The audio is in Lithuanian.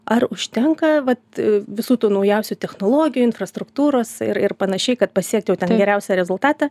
ar užtenka vat visų tų naujausių technologijų infrastruktūros ir ir panašiai kad pasiekt jau geriausią rezultatą